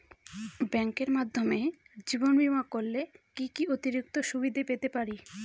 ব্যাংকের মাধ্যমে জীবন বীমা করলে কি কি অতিরিক্ত সুবিধে পেতে পারি?